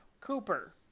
Cooper